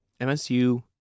MSU